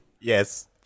Yes